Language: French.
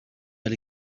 mal